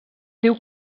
diu